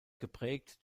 geprägt